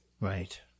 Right